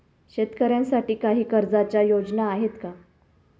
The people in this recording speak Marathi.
शेतकऱ्यांसाठी काही कर्जाच्या योजना आहेत का?